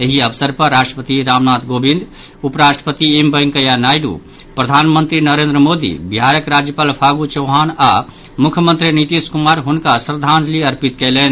एहि अवसर पर राष्ट्रपति रामनाथ कोविंद उप राष्ट्रपति एम वेंकैया नायडू प्रधानमंत्री नरेन्द्र मोदी बिहारक राज्यपाल फागू चौहान आओर मुख्यमंत्री नीतीश कुमार हुनका श्रद्धांजलि अर्पित कयलनि